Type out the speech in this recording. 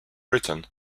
britain